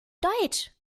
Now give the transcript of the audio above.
deutsch